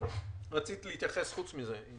רצית להתייחס חוץ מזה?